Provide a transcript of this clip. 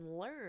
learn